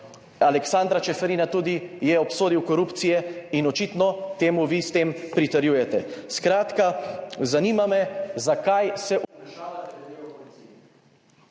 Aleksandra Čeferina je tudi obsodil korupcije in očitno temu vi s tem pritrjujete? Skratka, zanima me: Zakaj se vmešavate v delo policije?